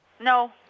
No